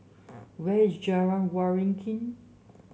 where is Jalan Waringin